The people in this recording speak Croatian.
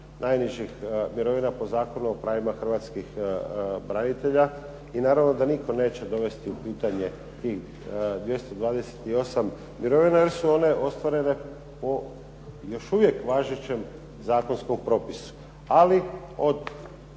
najnižih mirovina po Zakonu o pravima hrvatskih branitelja i naravno da nitko neće dovesti u pitanje tih 228 mirovina jer su one ostvarene po još uvijek važećem zakonskom propisu. Ali od